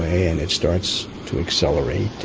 and it starts to accelerate